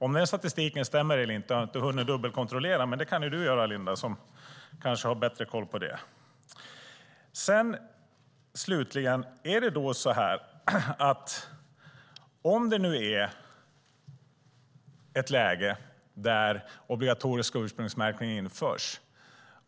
Om den statistiken stämmer eller inte har jag inte hunnit dubbelkontrollera, men det kan Linda Wemmert göra som kanske har bättre koll på det. Slutligen: Jag märkte ju på Linda Wemmerts anförande att hon inte är för obligatorisk ursprungsmärkning.